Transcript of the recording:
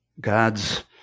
god's